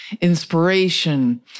inspiration